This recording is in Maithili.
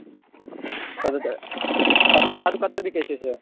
अच्छा दारु कतय बिकैय छै से